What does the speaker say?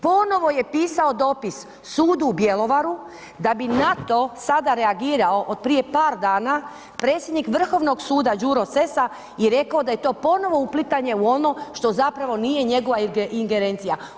Ponovno je pisao dopis sudu u Bjelovaru da bi na to sada reagirao od prije par dana, predsjednik Vrhovnog suda Đuro Sessa i rekao da je to ponovno uplitanje u ono što zapravo nije njegova ingerencija.